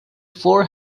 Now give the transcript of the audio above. four